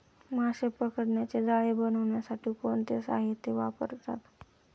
मासे पकडण्याचे जाळे बनवण्यासाठी कोणते साहीत्य वापरतात?